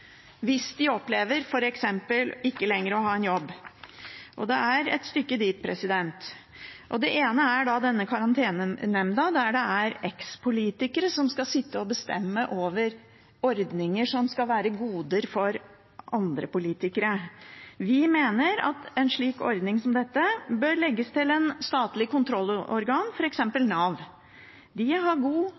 hvis de f.eks. opplever ikke lenger å ha en jobb. Og det er et stykke dit. Det ene er denne karantenenemnda, der det er eks-politikere som skal sitte og bestemme over ordninger som skal være goder for andre politikere. Vi mener at en slik ordning som dette bør legges til et statlig kontrollorgan, f.eks. Nav. De har